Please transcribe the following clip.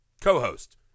co-host